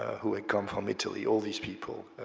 who had come from italy, all these people,